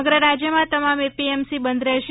સમગ્ર રાજયમાં તમામ એપીએમસી બંધ રહેશે